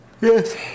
Yes